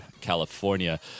California